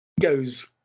goes